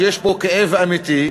שיש פה כאב אמיתי.